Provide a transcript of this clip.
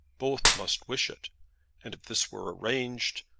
both must wish it and if this were arranged,